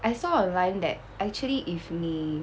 I saw online that actually if 你